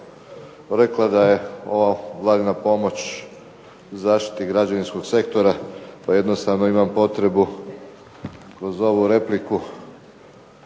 rekla da je ova Vladina pomoć zaštiti građevinskog sektora, pa jednostavno imam potrebu kroz ovu repliku